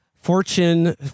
Fortune